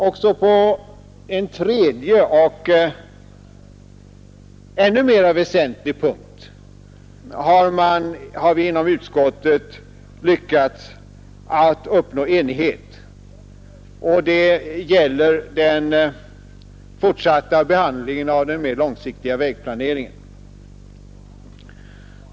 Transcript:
På ytterligare en punkt, som är ännu väsentligare, har vi inom utskottet lyckats att uppnå enighet, nämligen när det gäller den fortsatta behandlingen av den mer långsiktiga vägplaneringen.